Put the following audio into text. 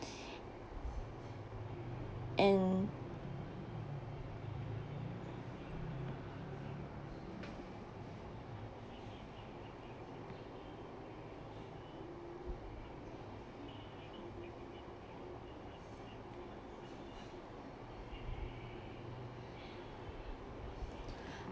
and